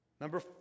Number